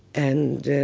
and,